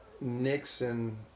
Nixon